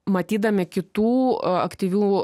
matydami kitų aktyvių